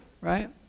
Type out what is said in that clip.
right